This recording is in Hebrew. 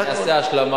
זה הכול.